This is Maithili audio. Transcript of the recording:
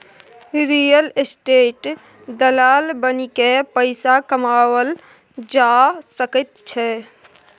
रियल एस्टेट दलाल बनिकए पैसा कमाओल जा सकैत छै